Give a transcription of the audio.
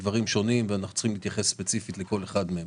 אלה מקרים שונים וצריך להתייחס ספציפית לכל אחד מהם.